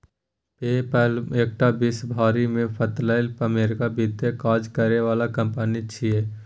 पे पल एकटा विश्व भरि में फैलल अमेरिकी वित्तीय काज करे बला कंपनी छिये